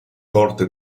corte